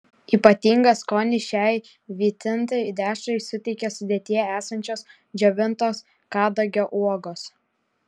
ypatingą skonį šiai vytintai dešrai suteikia sudėtyje esančios džiovintos kadagio uogos